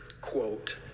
Quote